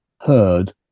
heard